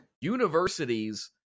universities